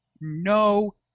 no